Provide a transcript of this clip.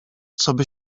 coby